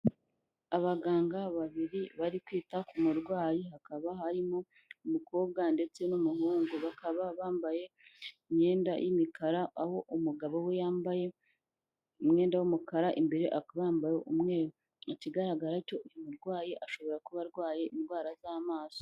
Abaganga babiri bari kwita ku murwayi hakaba harimo, umukobwa ndetse n'umuhungu, bakaba bambaye imyenda, y'imikara aho umugabo we yambaye umwenda w'umukara imbereba yambaye umweru, ikigaragara cyo uyu murwayi ashobora kuba arwaye indwara z'amaso.